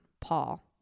Paul